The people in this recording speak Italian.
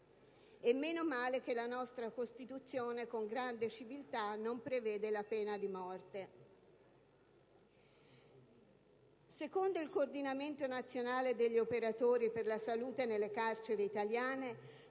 e meno male che la nostra Costituzione, con grande civiltà, non prevede la pena di morte. Secondo il Coordinamento nazionale degli operatori per la salute nelle carceri italiane,